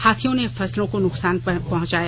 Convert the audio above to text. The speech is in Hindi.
हाथियों ने फसलों को नुकसान पहंचाया